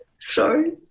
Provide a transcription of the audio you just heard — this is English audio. Sorry